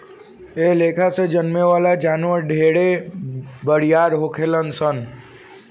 एह लेखा से जन्में वाला जानवर ढेरे बरियार होखेलन सन